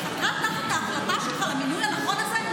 שחתרה תחת ההחלטה שלך למינוי הנכון הזה,